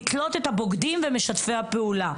"לתלות את הבוגדים ומשתפי הפעולה",